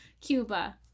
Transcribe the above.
Cuba